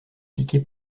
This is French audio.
piqué